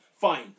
Fine